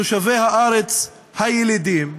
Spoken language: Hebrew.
תושבי הארץ הילידים,